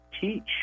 teach